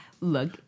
Look